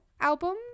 album